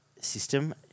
system